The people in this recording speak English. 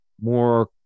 more